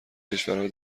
کشورهای